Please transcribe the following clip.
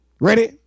Ready